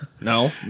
no